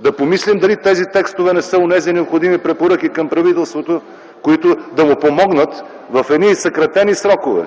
да помислим дали тези текстове не са онези необходими препоръки към правителството, които да му помогнат в едни съкратени срокове.